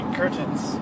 curtains